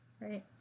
Right